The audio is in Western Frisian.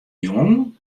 jong